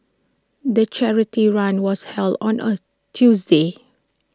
the charity run was held on A Tuesday